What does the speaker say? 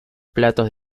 platos